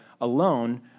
alone